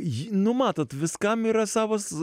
nu matot viskam yra savas